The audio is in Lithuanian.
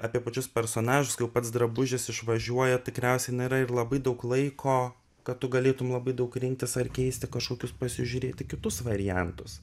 apie pačius personažus kai jau pats drabužis išvažiuoja tikriausiai nėra ir labai daug laiko kad tu galėtum labai daug rinktis ar keisti kažkokius pasižiūrėti kitus variantus